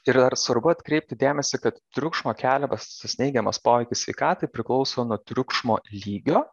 ir ar svarbu atkreipti dėmesį kad triukšmo keliamas tas neigiamas poveikis sveikatai priklauso nuo triukšmo lygio